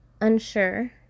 unsure